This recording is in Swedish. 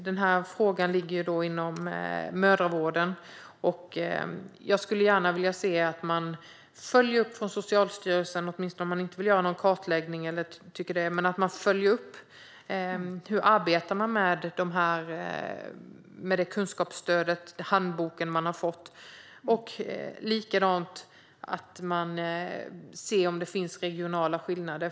Den här frågan ligger inom mödravården. Jag skulle gärna se att Socialstyrelsen åtminstone följer upp hur man arbetar med kunskapsstödet man har fått och med handboken, även om de inte vill göra någon kartläggning. Jag vill likaså att de ska titta på om det finns regionala skillnader.